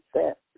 set